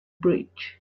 bridge